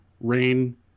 rain